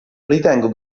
ritengo